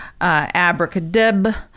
abracadabra